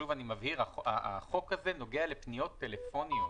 שוב, אני מבהיר, החוק הזה נוגע לפניות טלפוניות.